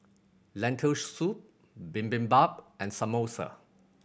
Lentil Soup Bibimbap and Samosa